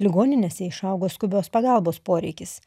ligoninėse išaugo skubios pagalbos poreikis